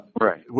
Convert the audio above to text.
Right